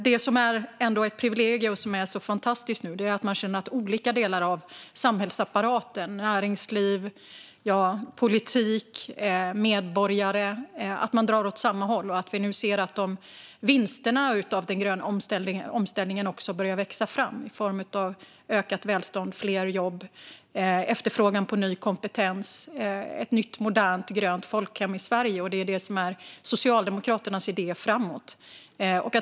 Det som ändå är ett privilegium och så fantastiskt nu är att man känner att olika delar av samhällsapparaten - näringsliv, politik och medborgare - drar åt samma håll. Vi ser att vinsterna med den gröna omställningen börjar växa fram i form av ökat välstånd, fler jobb och efterfrågan på ny kompetens. Vi ser ett nytt, modernt och grönt folkhem i Sverige, och det är det som är Socialdemokraternas idé framåt.